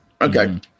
Okay